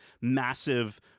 massive